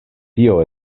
tio